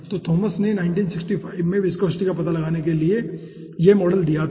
तो थॉमस ने 1965 में विस्कोसिटी का पता लगाने के लिए यह मॉडल दिया था